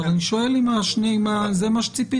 אבל אני שואל אם זה מה שציפיתם?